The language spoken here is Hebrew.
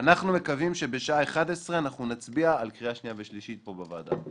אנחנו מקווים שבשעה 11:00 נצביע על קריאה שנייה ושלישית פה בוועדה.